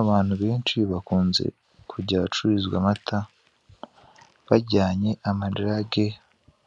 Abantu benshi bakunze kujya hacururizwa amata bajyanye amajage